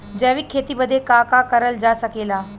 जैविक खेती बदे का का करल जा सकेला?